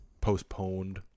postponed